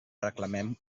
reclamem